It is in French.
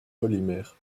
polymères